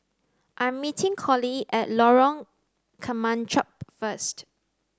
I am meeting Collie at Lorong Kemunchup first